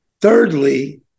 Thirdly